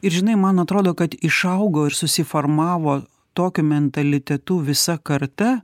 ir žinai man atrodo kad išaugo ir susiformavo tokiu mentalitetu visa karta